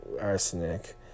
Arsenic